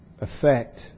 effect